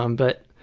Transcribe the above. um but